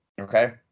Okay